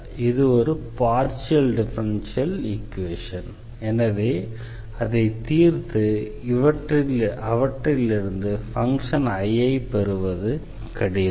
இது ஒரு partial differential equation எனவே அதை தீர்த்து அவற்றில் இருந்து ஃபங்ஷன் I ஐ பெறுவது கடினம்